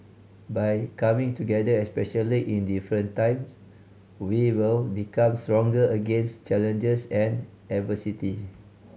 by coming together especially in difficult time we will become stronger against challenges and adversity